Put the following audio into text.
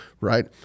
right